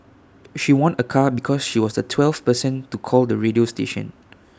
she won A car because she was the twelfth person to call the radio station